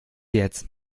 jetzt